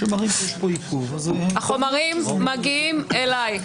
החומרים מגיעים אלי.